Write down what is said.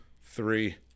three